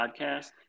podcast